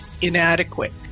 inadequate